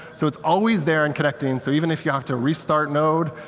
so it's always there and connecting. so even if you have to restart node,